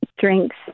drinks